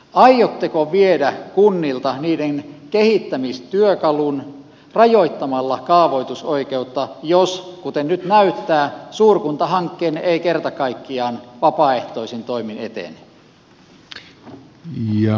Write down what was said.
aiotteko viedä kunnilta niiden kehittämistyökalun rajoittamalla kaavoitusoikeutta jos kuten nyt siltä näyttää suurkuntahankkeenne ei kerta kaikkiaan vapaaehtoisin toimin etene